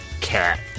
Cat